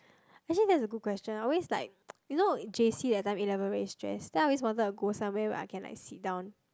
actually that's a good question I always like you know J_C that time A-level very stress then I always wanted to go somewhere where I can like sit down